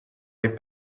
les